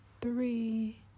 three